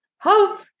hope